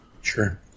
Sure